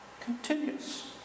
continues